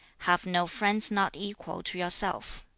have no friends not equal to yourself.